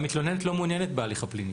והמתלוננת לא מעוניינת בהליך הפלילי,